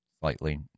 slightly